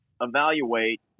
evaluate